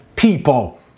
People